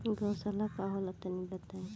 गौवशाला का होला तनी बताई?